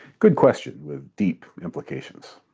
good question with deep implications.